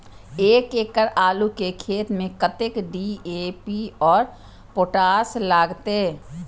एक एकड़ आलू के खेत में कतेक डी.ए.पी और पोटाश लागते?